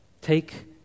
take